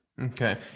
Okay